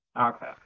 Okay